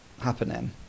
happening